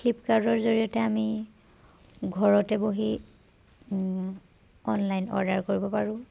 ফ্লিপকাৰ্টৰ জৰিয়তে আমি ঘৰতে বহি অনলাইন অৰ্ডাৰ কৰিব পাৰো